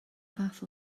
fath